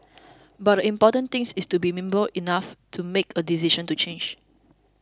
but the important thing is to be nimble enough to make a decision to change